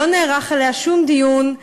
לא נערך עליה שום דיון,